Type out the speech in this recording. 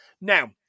Now